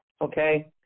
okay